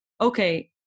okay